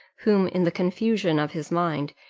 whom, in the confusion of his mind,